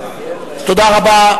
תודה רבה.